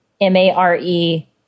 M-A-R-E